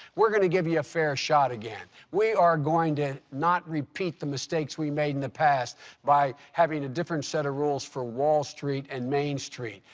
we're going to give you a fair shot again. we are going to not repeat the mistakes we made in the past by having a different set of rules for wall street and main street,